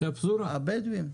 הבדווים.